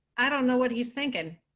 i don't know what he's thinking,